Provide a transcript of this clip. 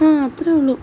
ആ അത്രയും ഉള്ളൂ